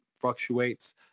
fluctuates